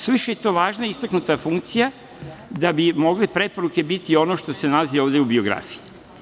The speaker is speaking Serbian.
Suviše je to važna i istaknuta funkcija da bi mogle preporuke biti ono što se nalazi ovde u biografiji.